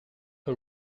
who